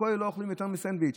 בכולל לא אוכלים יותר מסנדוויץ'.